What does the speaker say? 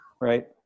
right